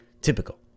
typical